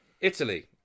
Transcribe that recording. Italy